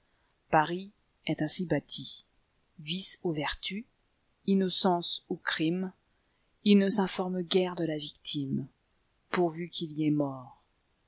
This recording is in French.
paris est ainsi bâti vice ou vertu innocence ou crime il ne s'informe guère de la victime pourvu qu'il y ait mort